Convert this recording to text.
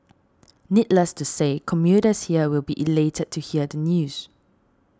needless to say commuters here will be elated to hear the news